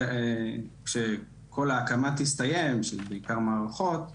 כשכל ההקמה תסתיים, בעיקר מערכות מידע,